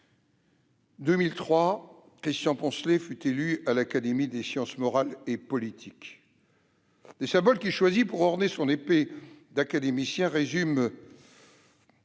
2003, Christian Poncelet fut élu à l'Académie des sciences morales et politiques. Les symboles qu'il choisit pour orner son épée d'académicien résument